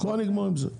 צריך לגמור עם זה.